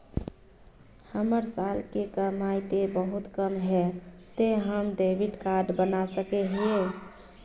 हमर साल के कमाई ते बहुत कम है ते हम डेबिट कार्ड बना सके हिये?